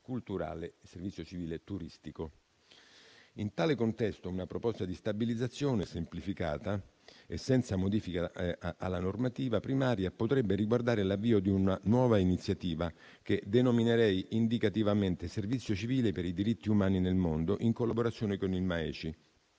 e servizio civile turistico. In tale contesto, una proposta di stabilizzazione semplificata e senza modifica alla normativa primaria potrebbe riguardare l'avvio di una nuova iniziativa, che denominerei indicativamente «servizio civile per i diritti umani nel mondo», in collaborazione con il